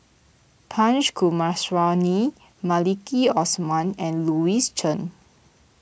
Punch Maliki Osman and Louis Chen